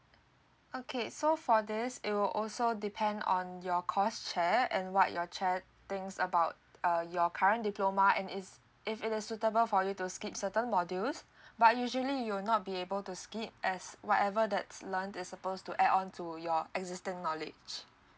okay so for this it will also depend on your course chair and what your chair thinks about uh your current diploma and is if it is suitable for you to skip certain modules but usually you will not be able to skip as whatever that's learn this suppose to add on to your existing knowledge